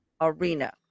arena